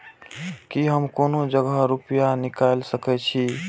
की हम कोनो जगह रूपया निकाल सके छी?